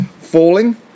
falling